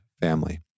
Family